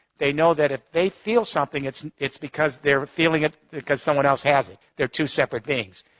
they know that if they feel something, it's it's because they're feeling it it because someone else has it, they're two separate things.